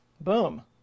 boom